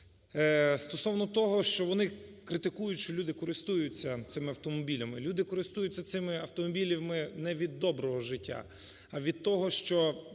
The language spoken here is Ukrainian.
стовно того, що вони критикують, що люди користуються цими автомобілями. Люди користуються цими автомобілями не від доброго життя, а від того, що